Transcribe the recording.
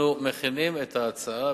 אנחנו מכינים את ההצעה,